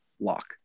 lock